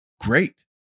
great